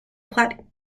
platte